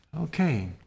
Okay